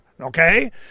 okay